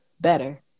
better